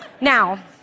Now